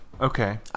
Okay